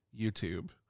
YouTube